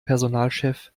personalchef